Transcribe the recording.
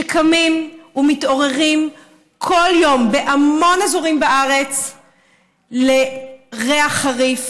שקמים ומתעוררים כל יום בהמון אזורים בארץ לריח חריף,